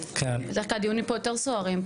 בדרך כלל הדיונים יותר סוערים,